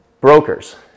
Brokers